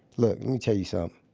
let me tell you so um